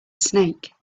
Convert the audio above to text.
snake